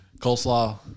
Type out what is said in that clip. Coleslaw